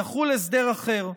יחול הסדר אחר,